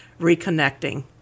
reconnecting